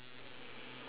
!oops!